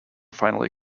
finally